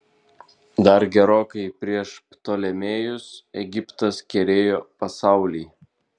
dar gerokai prieš ptolemėjus egiptas kerėjo pasaulį